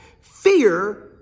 Fear